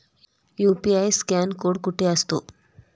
UPI scan code कुठे असतो?